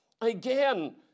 Again